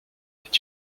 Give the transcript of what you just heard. est